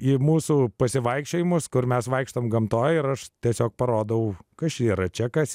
į mūsų pasivaikščiojimus kur mes vaikštom gamtoj ir aš tiesiog parodau kas čia yra čia kas